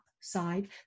side